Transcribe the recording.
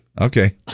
Okay